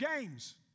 games